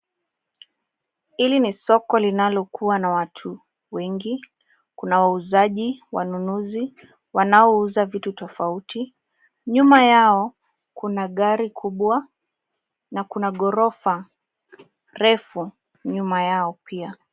Hili ni soko linalokuwa na watu wengi. Kuna wauzaji, wanunuzi wanaouza vitu tofauti. Nyuma yao kuna gari kubwa na kuna ghorofa refu nyuma yao pia.